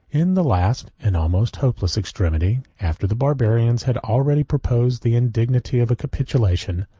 in the last, and almost hopeless extremity, after the barbarians had already proposed the indignity of a capitulation,